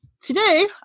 Today